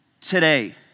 today